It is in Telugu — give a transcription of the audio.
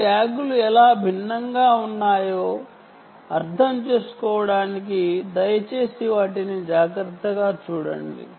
ఈ ట్యాగ్లు ఎలా భిన్నంగా ఉన్నాయో అర్థం చేసుకోవడానికి దయచేసి వాటిని జాగ్రత్తగా చూడండి